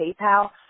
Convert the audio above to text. PayPal